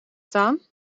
staan